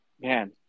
man